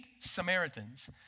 Samaritans